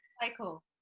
cycle